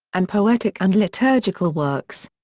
and poetic and liturgical works.